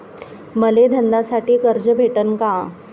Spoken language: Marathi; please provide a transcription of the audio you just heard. मले धंद्यासाठी कर्ज भेटन का?